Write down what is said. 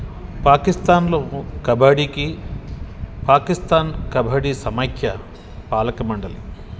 పాకిస్తాన్లో కబడ్డీకి పాకిస్తాన్ కబడ్డీ సమైక్య పాలక మండలి